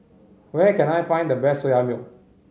where can I find the best Soya Milk